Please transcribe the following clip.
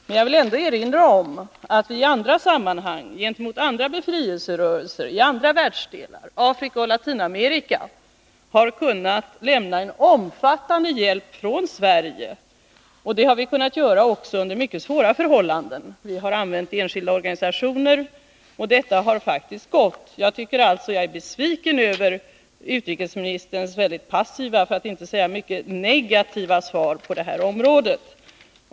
Men jag vill erinra om att vi i andra sammanhang — när det har gällt befrielserörelser i andra världsdelar, Afrika och Latinamerika — har kunnat lämna omfattande hjälp från Sverige. Och det har vi kunnat göra också under mycket svåra förhållanden. Vi har använt enskilda organisationer, och detta har faktiskt gått. Jag är alltså besviken över utrikesministerns väldigt passiva, för att inte säga mycket negativa svar på denna punkt.